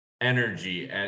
energy